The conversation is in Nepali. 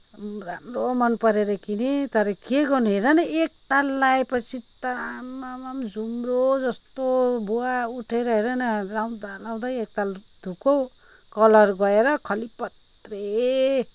राम्रो मनपरेर किनेँ तर के गर्नु हेर न एकताल लगाएपछि त आम्मामामा झुम्रो जस्तो भुवा उठेर हेर न लगाउँदा लगाउँदै एकताल धोएको कलर गएर खलपत्रे